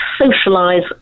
socialize